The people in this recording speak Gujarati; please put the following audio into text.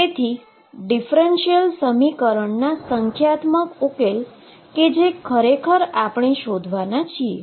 તેથી ડીફરેન્શીઅલ સમીકરણોના સંખ્યાત્મક ઉકેલ જે ખરેખર આપણે શોધવાના છીએ